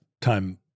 Time